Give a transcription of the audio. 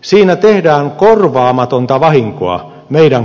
siinä tehdään korvaamatonta vahinkoa meidän kunnallishallinnollemme